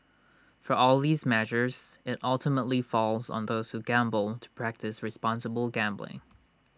for all these measures IT ultimately falls on those who gamble to practise responsible gambling